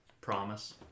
Promise